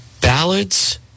Ballads